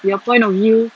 your point of view